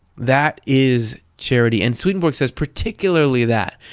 that is charity. and swedenborg says particularly that,